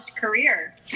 career